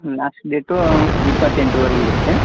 last date ಇಪ್ಪತ್ತೆಂಟರವರೆಗೆ ಇರುತ್ತೆ